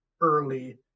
early